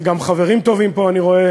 גם חברים טובים אני רואה